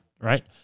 right